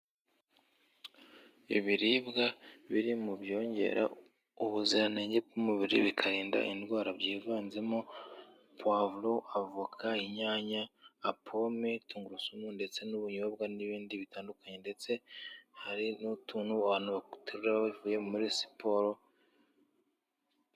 Ibiribwa biri mu byongera ubuziranenge bw'umubiri, bikarinda indwara byivanzemo puwavuro, avoka inyanya, apome tungurusumu ndetse n'ubunyobwa n'ibindi bitandukanye ndetse hari n'utuntu abantu baterura bavuye muri siporo.